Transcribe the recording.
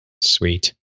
Sweet